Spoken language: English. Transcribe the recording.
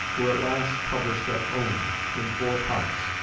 were at last published at ulm in four parts.